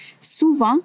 souvent